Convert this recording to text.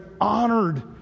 honored